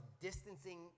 distancing